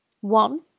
One